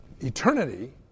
eternity